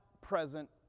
present